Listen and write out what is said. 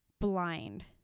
blind